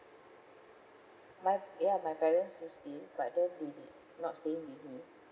but ya my parents' sixty but then they did not staying with me